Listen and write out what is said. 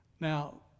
Now